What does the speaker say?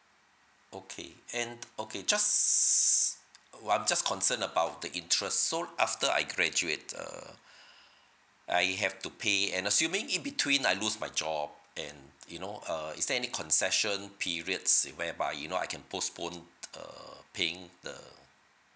okay and okay just uh I'm just concerned about the interest so after I graduate uh I have to pay and assuming in between I lose my job and you know uh is there any concession periods where by you know I can postpone uh paying the